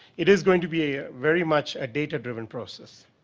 it is going to be ah very much ah data driven process.